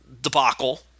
debacle